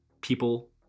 people